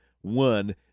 one